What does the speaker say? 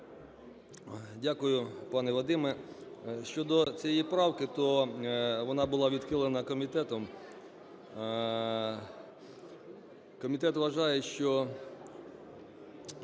Дякую, пане Вадиме. Щодо цієї правки, то вона була відхилена комітетом. Комітет вважає, що